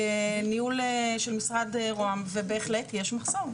בניהול של משרד רוה"מ ובהחלט יש מחסור.